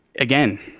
again